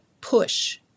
push